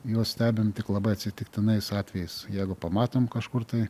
juos stebim tik labai atsitiktinais atvejais jeigu pamatom kažkur tai